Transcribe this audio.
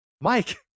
Mike